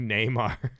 Neymar